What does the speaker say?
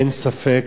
אין ספק